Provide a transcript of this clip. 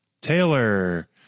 Taylor